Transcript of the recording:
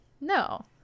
no